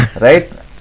right